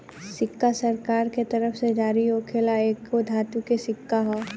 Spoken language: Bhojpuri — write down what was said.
सिक्का सरकार के तरफ से जारी होखल एगो धातु के सिक्का ह